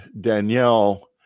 Danielle